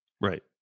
Right